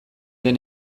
den